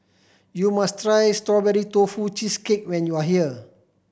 you must try Strawberry Tofu Cheesecake when you are here